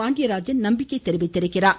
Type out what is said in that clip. பாண்டியராஜன் நம்பிக்கை தெரிவித்திருக்கிறார்